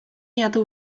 jadł